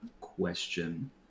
question